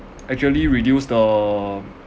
actually reduce the